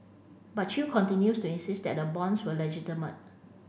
but chew continues to insist that the bonds were legitimate